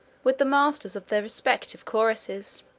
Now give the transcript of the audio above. with the masters of the respective choruses.